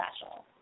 special